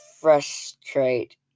frustrate